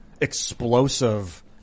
explosive